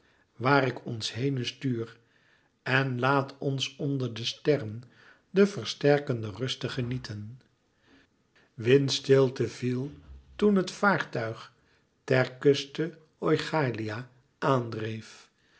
waar ik ons henen stuur en laat ons onder de sterren de versterkende ruste genieten windstilte viel toen het vaartuig ter kuste oichalia aan dreef